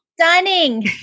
stunning